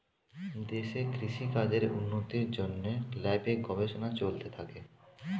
দেশে কৃষি কাজের উন্নতির জন্যে ল্যাবে গবেষণা চলতে থাকে